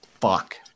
Fuck